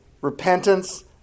repentance